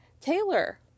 Taylor